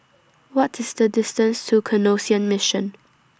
What IS The distance to Canossian Mission